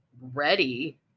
ready